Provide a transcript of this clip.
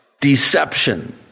deception